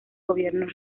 gobiernos